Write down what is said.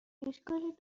اشکالی